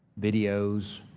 videos